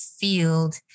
field